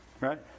Right